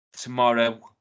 Tomorrow